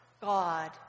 God